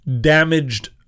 damaged